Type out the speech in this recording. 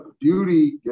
beauty